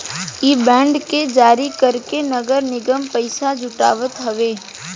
इ बांड के जारी करके नगर निगम पईसा जुटावत हवे